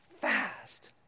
fast